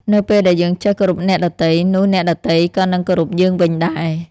នៅពេលដែលយើងចេះគោរពអ្នកដទៃ នោះអ្នកដទៃក៏នឹងគោរពយើងវិញដែរ។